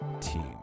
team